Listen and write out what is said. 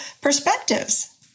perspectives